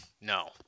no